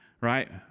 right